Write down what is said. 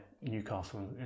Newcastle